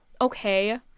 okay